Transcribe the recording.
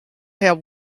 have